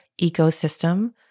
ecosystem